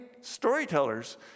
storytellers